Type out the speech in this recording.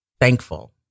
Thankful